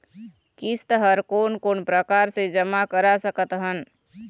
किस्त हर कोन कोन प्रकार से जमा करा सकत हन?